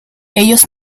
ellos